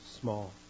small